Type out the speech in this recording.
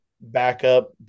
backup